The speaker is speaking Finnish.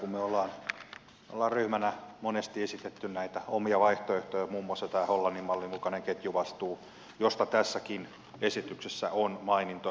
me olemme ryhmänä monesti esittäneet näitä omia vaihtoehtojamme muun muassa tätä hollannin mallin mukaista ketjuvastuuta josta tässäkin esityksessä on mainintoja